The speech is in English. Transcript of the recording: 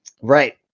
Right